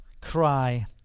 cry